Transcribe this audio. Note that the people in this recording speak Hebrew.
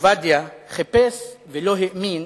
ועובדיה חיפש ולא האמין